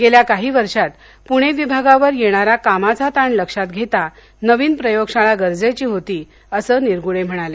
गेल्या काही वर्षात पुणे विभागावर येणारा कामाचा ताण लक्षात घेता नवीन प्रयोगशाळा गरजेची होती असं नरग्डे म्हणाले